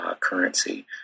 currency